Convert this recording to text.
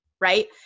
right